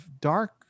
dark